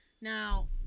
Now